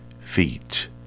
feet